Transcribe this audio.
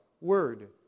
word